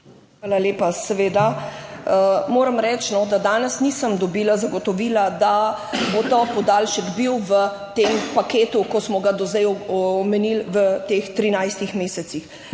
Hvala lepa. Seveda. Moram reči, da danes nisem dobila zagotovila, da bo ta prizidek v tem paketu, ki smo ga do zdaj omenjali v teh 13 mesecih.